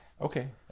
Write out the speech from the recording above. Okay